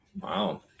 Wow